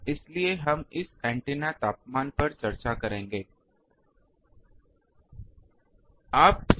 इसलिए हम इस पर चर्चा करेंगे एंटीना तापमान